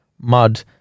mud